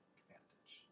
advantage